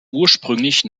ursprünglich